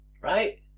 right